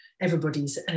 everybody's